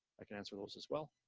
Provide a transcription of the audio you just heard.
i can answer those as well.